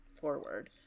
forward